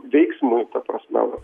veiksmui ta prasme vat